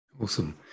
Awesome